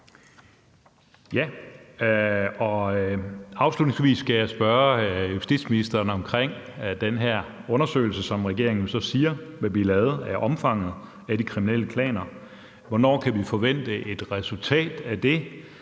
(DD): Afslutningsvis skal jeg spørge justitsministeren til den her undersøgelse, som regeringen jo så siger vil blive lavet, af omfanget af de kriminelle klaner: Hvornår kan vi forvente et resultat af det?